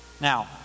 Now